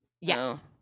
yes